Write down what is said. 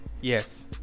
Yes